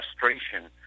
frustration